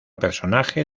personaje